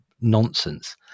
nonsense